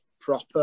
proper